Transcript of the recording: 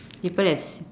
people have s~